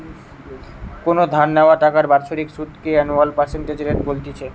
কোনো ধার নেওয়া টাকার বাৎসরিক সুধ কে অ্যানুয়াল পার্সেন্টেজ রেট বলতিছে